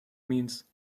means